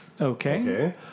Okay